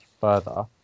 further